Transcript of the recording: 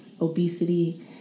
obesity